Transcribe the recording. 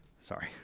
Sorry